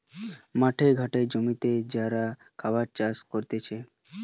মাঠে ঘাটে জমিতে যারা খাবার চাষ করতিছে